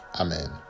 Amen